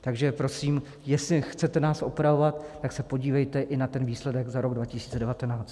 Takže prosím, jestli chcete nás opravovat, tak se podívejte i na ten výsledek za rok 2019.